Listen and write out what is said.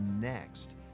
next